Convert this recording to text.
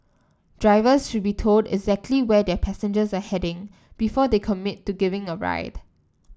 drivers should be told exactly where their passengers are heading before they commit to giving a ride